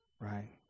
Right